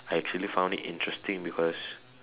I actually found it interesting because